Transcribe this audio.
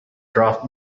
draft